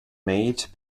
made